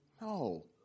No